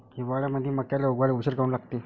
हिवाळ्यामंदी मक्याले उगवाले उशीर काऊन लागते?